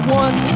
one